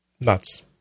nuts